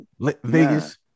Vegas